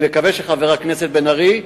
אני מקווה שחבר הכנסת בן-ארי,